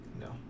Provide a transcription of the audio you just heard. No